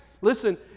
listen